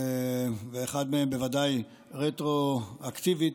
ואחד מהם ודאי רטרואקטיבית,